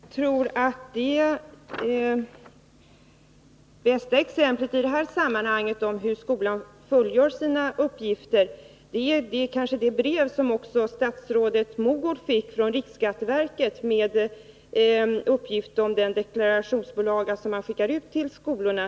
Herr talman! Jag tror att det bästa exemplet när det gäller skolans sätt att fullgöra sina uppgifter är det brev som också statsrådet Mogård fick från riksskatteverket om den deklarationsbilaga som man skickade ut till skolorna.